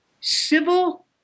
civil